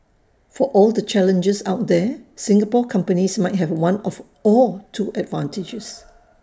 for all the challenges out there Singapore companies might have one or two advantages